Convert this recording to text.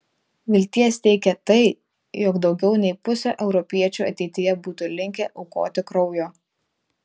vilties teikia tai jog daugiau nei pusė europiečių ateityje būtų linkę aukoti kraujo